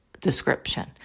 description